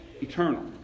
eternal